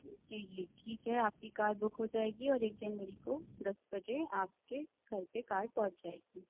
جی جی ٹھیک ہے آپ کی کار بک ہو جائے گی اور ایک جنوری کو دس بجے آپ کے گھر پہ کار پہنچ جائے گی